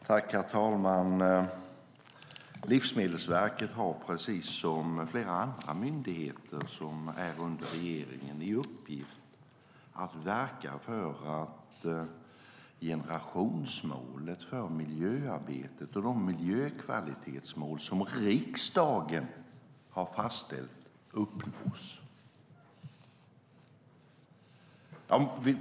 Herr talman! Livsmedelsverket har precis som flera andra myndigheter som är under regeringen i uppgift att verka för att generationsmålet för miljöarbetet och de miljökvalitetsmål som riksdagen har fastställt uppnås.